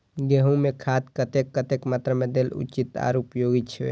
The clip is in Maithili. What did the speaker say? गेंहू में खाद कतेक कतेक मात्रा में देल उचित आर उपयोगी छै?